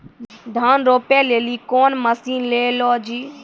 धान रोपे लिली कौन मसीन ले लो जी?